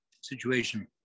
Situation